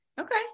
okay